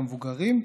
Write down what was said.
גם מבוגרים.